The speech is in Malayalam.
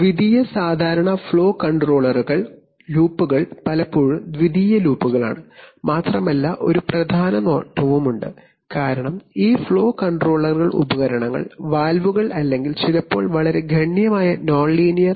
ദ്വിതീയ സാധാരണ ഫ്ലോ കൺട്രോൾ ലൂപ്പുകൾ പലപ്പോഴും ദ്വിതീയ ലൂപ്പുകളാണ് മാത്രമല്ല ഒരു പ്രധാന നേട്ടവുമുണ്ട് കാരണം ഈ ഫ്ലോ കൺട്രോൾ ഉപകരണങ്ങൾ വാൽവുകൾ അല്ലെങ്കിൽ ചിലപ്പോൾ വളരെ ഗണ്യമായി non ലീനിയർ